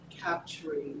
capturing